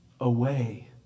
away